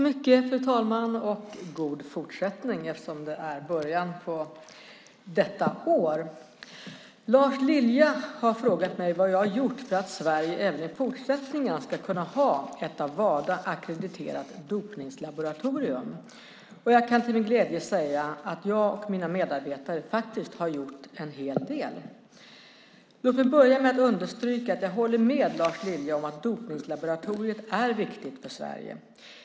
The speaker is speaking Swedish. Fru talman! Lars Lilja har frågat mig vad jag har gjort för att Sverige även i fortsättningen ska kunna ha ett av Wada ackrediterat dopningslaboratorium. Jag kan till min glädje säga att jag och mina medarbetare faktiskt har gjort en hel del. Låt mig börja med att understryka att jag håller med Lars Lilja om att dopningslaboratoriet är viktigt för Sverige.